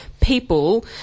people